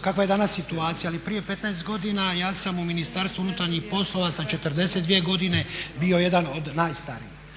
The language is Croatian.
kakva je danas situacija ali prije 15 godina ja sam u Ministarstvu unutarnjih poslova sam 42 godine bio jedan od najstarijih.